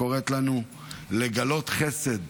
הקוראת לנו לגלות חסד,